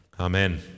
Amen